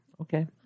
Okay